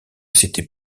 c’était